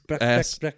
ass